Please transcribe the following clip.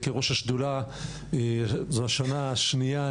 כראש השדולה זו השנה השנייה.